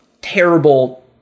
terrible